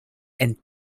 and